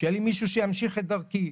שיהיה לי מישהו שימשיך את דרכי.